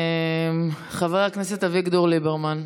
חבר הכנסת אביגדור ליברמן.